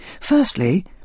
Firstly